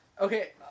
Okay